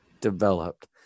developed